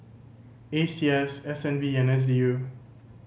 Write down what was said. A C S S N B and S D U